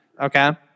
Okay